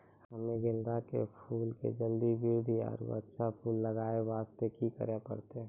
हम्मे गेंदा के फूल के जल्दी बृद्धि आरु अच्छा फूल लगय वास्ते की करे परतै?